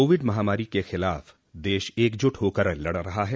Covid महामारी के खिलाफ़ देश एकजुट होकर लड़ रहा है